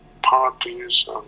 Parties